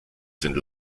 sind